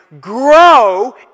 grow